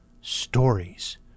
stories